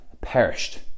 perished